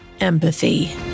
empathy